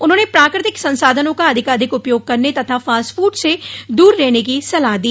उन्होंने प्राकृतिक संसाधनों का अधिकाधिक उपयोग करने तथा फास्ट फूड से दूर रहने की सलाह दी